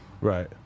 Right